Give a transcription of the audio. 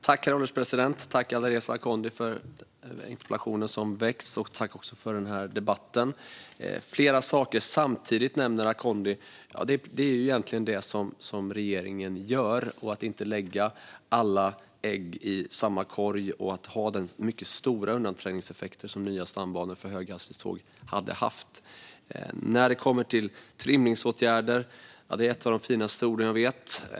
Herr ålderspresident! Tack, ledamoten Alireza Akhondi, för interpellationen som har väckts och för den här debatten! Flera saker samtidigt, nämner Akhondi. Det är ju egentligen det som regeringen gör: att inte lägga alla ägg i samma korg och ha de mycket stora undanträngningseffekter som nya stambanor för höghastighetståg hade inneburit. Trimningsåtgärder är ett av de finaste ord jag vet.